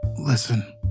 Listen